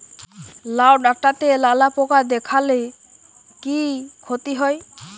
লাউ ডাটাতে লালা পোকা দেখালে কি ক্ষতি হয়?